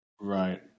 Right